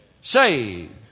Saved